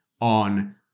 on